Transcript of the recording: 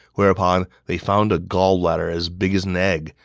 whereupon they found a gall bladder as big as an egg,